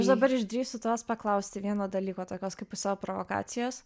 aš dabar išdrįsiu tavęs paklausti vieno dalyko tokios kaip pusiau provokacijos